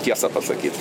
tiesą pasakyt